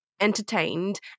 entertained